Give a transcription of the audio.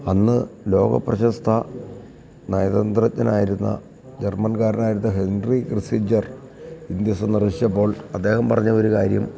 അന്ന് ലോകപ്രശസ്ത നയതന്ത്രജ്ഞനായിരുന്ന ജർമ്മൻക്കാരനായിരുന്ന ഹെൻറി കിസ്സിൻജർ ഇൻഡ്യ സന്ദർശിച്ചപ്പോൾ അദ്ദേഹം പറഞ്ഞ ഒരു കാര്യം